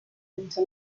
into